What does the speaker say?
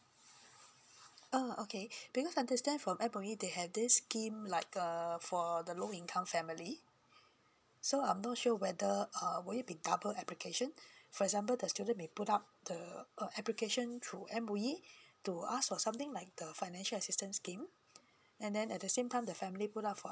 oh okay because understand from M_O_E they have this scheme like uh for the low income family so I'm not sure whether err will it be double application for example the student may put up the a application through M_O_E to ask for something like the financial assistance scheme and then at the same time the family put up for